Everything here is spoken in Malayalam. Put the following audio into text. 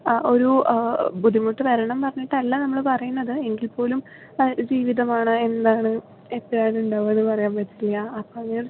ആ ഒരു ബുദ്ധിമുട്ട് വരണം പറഞ്ഞിട്ടല്ല നമ്മൾ പറയുന്നത് എങ്കിൽപ്പോലും ജീവിതമാണ് എന്താണ് എപ്പോഴാണ് ഉണ്ടാവുകയെന്ന് പറയാൻ പറ്റില്ല അപ്പോൾ ഞാൻ